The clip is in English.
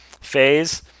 phase